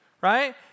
right